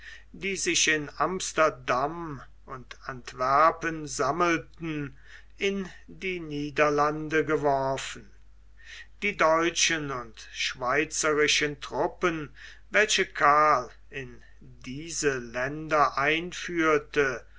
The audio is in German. die sich in amsterdam und antwerpen sammelten in die niederlande geworfen die deutschen und schweizerischen truppen welche karl in diese länder einführte